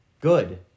Good